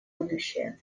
будущее